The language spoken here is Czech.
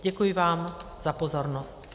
Děkuji vám za pozornost.